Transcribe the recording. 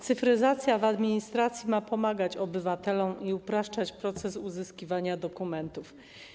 Cyfryzacja w administracji ma pomagać obywatelom i upraszczać proces uzyskiwania dokumentów.